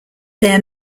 their